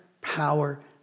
power